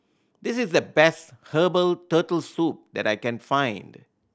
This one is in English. this is the best herbal Turtle Soup that I can find